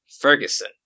ferguson